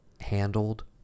handled